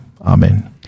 Amen